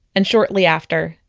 and shortly after,